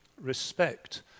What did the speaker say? respect